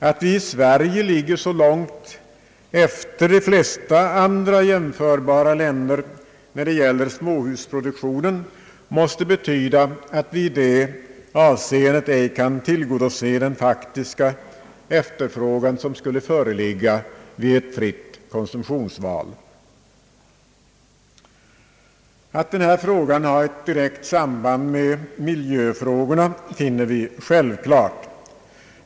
Att vi i Sverige ligger så långt efter de flesta andra jämförbara länder i fråga om småhusproduktionen måste betyda att vi i det avseendet ej kan tillgodose den faktiska efterfrågan som skulle föreligga vid ett fritt konsumtionsval. Att denna fråga har ett direkt samband med miljöfrågorna finner vi självklart.